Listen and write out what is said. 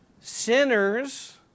sinners